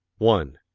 one.